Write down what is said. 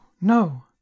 no